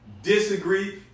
Disagree